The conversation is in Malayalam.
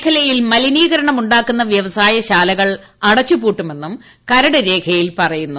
മേഖലയിൽ മലിനീകരണം ഉ ാക്കുന്ന വൃവസായ ശാലകൾ അടച്ചുപൂട്ടുമെന്നും കരട് രേഖയിൽ പറയുന്നു